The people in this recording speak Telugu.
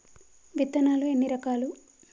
విత్తనాలు ఎన్ని రకాలు?